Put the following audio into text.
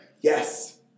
Yes